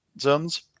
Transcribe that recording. zones